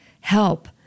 help